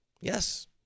Yes